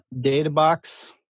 DataBox